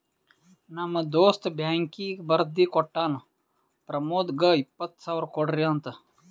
ನಮ್ ದೋಸ್ತ ಬ್ಯಾಂಕೀಗಿ ಬರ್ದಿ ಕೋಟ್ಟಾನ್ ಪ್ರಮೋದ್ಗ ಇಪ್ಪತ್ ಸಾವಿರ ಕೊಡ್ರಿ ಅಂತ್